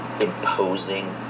imposing